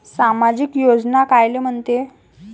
सामाजिक योजना कायले म्हंते?